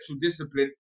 discipline